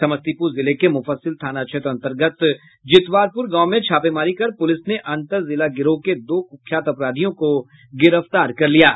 समस्तीपुर जिले के मुफ्फसिल थाना क्षेत्र अन्तर्गत जितवारपुर गांव में छापेमारी कर पुलिस ने अंतर जिला गिरोह के दो कुख्यात अपराधियों को गिरफ्तार कर लिया है